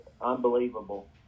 unbelievable